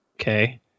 Okay